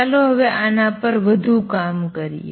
ચાલો હવે આના પર વધુ કામ કરીએ